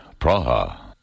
Praha